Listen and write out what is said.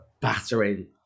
battering